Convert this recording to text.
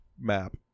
map